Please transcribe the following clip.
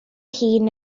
hun